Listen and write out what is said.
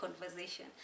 conversation